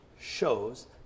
shows